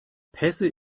pässe